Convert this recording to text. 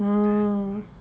mm